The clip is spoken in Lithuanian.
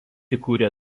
įkūrė